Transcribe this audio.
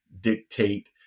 dictate